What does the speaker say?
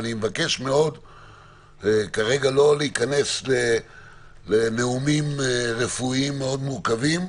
אבל אני מבקש מאוד כרגע לא להיכנס לנאומים רפואיים מאוד מורכבים,